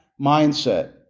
mindset